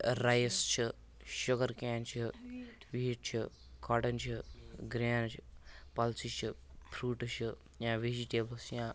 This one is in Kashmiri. ٲں رایِس چھُ شُگرکین چھُ ویٖٹ چھُ کاٹَن چھُ گرٛینٕز چھِ پَلسٕز چھِ فرٛوٗٹٕس چھِ یا ویٚجِٹیبلٕز چھِ یا